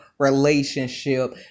Relationship